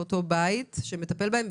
באותו בית שמטפל בהם,